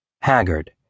haggard